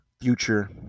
future